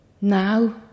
now